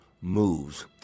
moves